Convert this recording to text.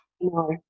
No